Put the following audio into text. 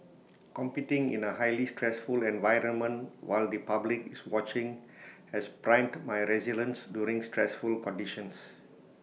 competing in A highly stressful environment while the public is watching has primed my resilience during stressful conditions